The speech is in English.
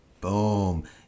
boom